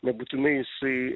nebūtinai jisai